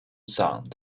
sound